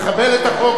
לכבד את החוק.